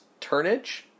Turnage